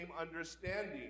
understanding